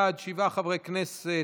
בעד, שבעה חברי כנסת,